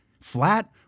flat